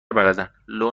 بلدن، لو